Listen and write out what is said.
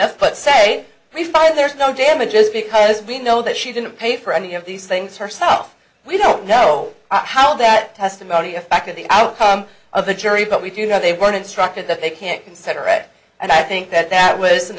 but say we find there's no damages because we know that she didn't pay for any of these things herself we don't know how that testimony affected the outcome of the jury but we do know they were instructed that they can't consider it and i think that that